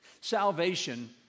salvation